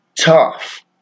tough